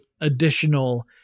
additional